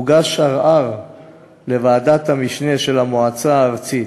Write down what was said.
והוגש ערר לוועדת המשנה של המועצה הארצית.